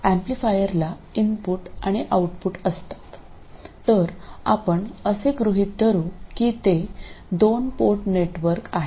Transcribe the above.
एम्पलीफायरला input आणि output असतात तर आपण असे गृहित धरू की ते दोन पोर्ट नेटवर्क आहे